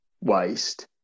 waste